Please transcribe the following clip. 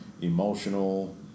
emotional